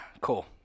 Cool